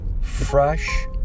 fresh